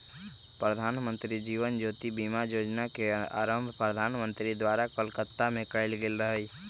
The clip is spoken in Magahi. प्रधानमंत्री जीवन ज्योति बीमा जोजना के आरंभ प्रधानमंत्री द्वारा कलकत्ता में कएल गेल रहइ